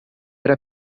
era